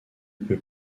peut